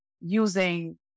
using